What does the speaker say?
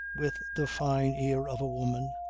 with the fine ear of a woman,